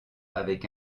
avec